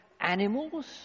animals